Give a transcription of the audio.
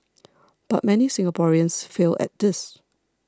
but many Singaporeans fail at this